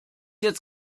jetzt